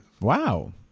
Wow